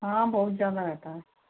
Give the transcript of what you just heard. हाँ बहुत ज़्यादा रहता है